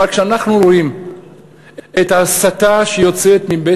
אבל כשאנחנו רואים את ההסתה שיוצאת מבית